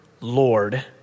Lord